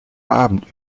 abend